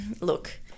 look